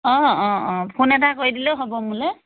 অঁ অঁ অঁ ফোন এটা কৰি দিলেও হ'ব মোলৈ